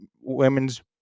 women's